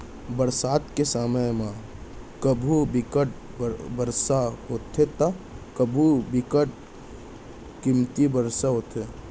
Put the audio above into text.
बरसात के समे म कभू बिकट बरसा होथे त कभू बिकट कमती बरसा होथे